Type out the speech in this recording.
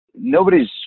nobody's